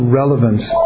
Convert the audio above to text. relevance